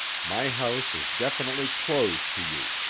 my house is definitely closed to you.